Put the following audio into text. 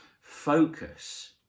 focus